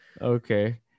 Okay